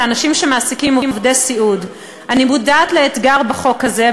לאנשים שמעסיקים עובדי סיעוד: אני מודעת לאתגר בחוק הזה,